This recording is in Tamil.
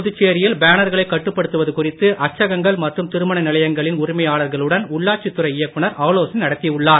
புதுச்சேரியில் பேனர்களை கட்டுப்படுத்துவது குறித்து அச்சகங்கள் மற்றும் திருமண நிலையங்களின் உரிமையாளர்களுடன் உள்ளாட்சித் துறை இயக்குநர் ஆலோசனை நடத்தி உள்ளார்